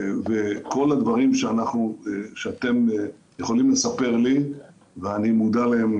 כל הדברים שאתם יכולים לספר לי ואני מודע להם.